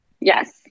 Yes